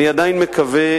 אני עדיין מקווה